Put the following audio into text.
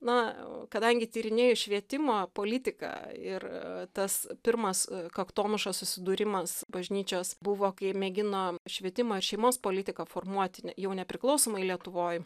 na kadangi tyrinėju švietimo politiką ir tas pirmas kaktomuša susidūrimas bažnyčios buvo kai mėgino švietimą ir šeimos politiką formuoti jau nepriklausomoj lietuvoj